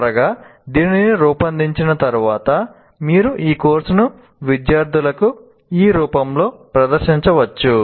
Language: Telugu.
చివరగా దీనిని రూపొందించిన తరువాత మీరు ఈ కోర్సును విద్యార్థులకు ఈ రూపంలో ప్రదర్శించవచ్చు